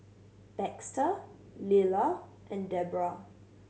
Baxter Lilla and Debbra